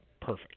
perfect